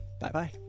Bye-bye